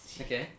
Okay